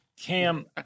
Cam